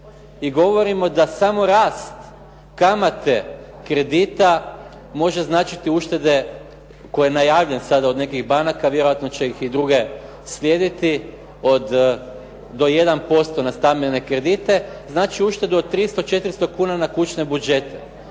i govorimo da samo rast kamate kredita može značiti uštede, koji je najavljen sada od nekih banaka, vjerojatno će ih i druge slijediti od do 1% na stambene kredite, znači uštedu od 300, 400 kuna na kućne budžete.